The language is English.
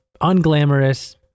unglamorous